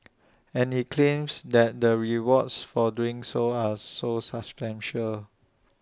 and he claims that the rewards for doing so are so substantial